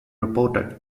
reported